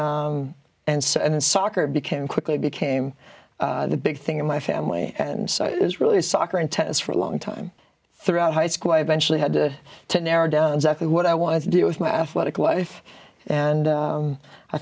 and so and soccer became quickly became the big thing in my family and so it was really soccer and tennis for a long time throughout high school i eventually had to narrow down exactly what i wanted to do with my athletic life and